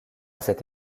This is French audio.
cette